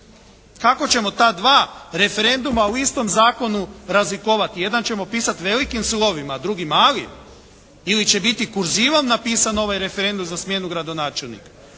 Kako ćemo ta dva referenduma u istom zakonu razlikovati? Jedan ćemo pisati velikim slovima, drugi malim. Ili će biti kurzivom napisan ovaj referendum za smjenu gradonačelnika.